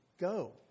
go